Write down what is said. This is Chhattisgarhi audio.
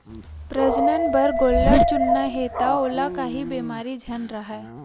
प्रजनन बर गोल्लर चुनना हे त ओला काही बेमारी झन राहय